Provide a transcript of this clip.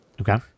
Okay